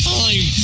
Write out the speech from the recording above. time